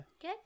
good